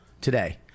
today